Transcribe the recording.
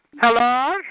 Hello